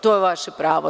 To je vaše pravo.